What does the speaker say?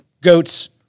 goats